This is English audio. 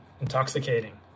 intoxicating